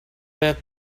were